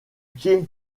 pieds